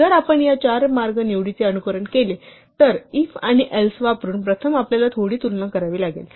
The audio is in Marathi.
जर आपण या चार मार्ग निवडीचे अनुकरण केले तर if आणि else वापरून प्रथम आपल्याला थोडी तुलना करावी लागेल